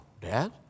Dad